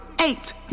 Eight